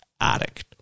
addict